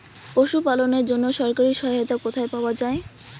পশু পালনের জন্য সরকারি সহায়তা কোথায় পাওয়া যায়?